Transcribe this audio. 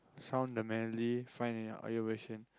sound the manly find in your your version